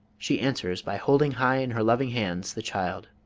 she answers by holding high in her loving hands the child.